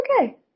okay